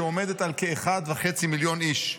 שעומדת על כמיליון וחצי איש.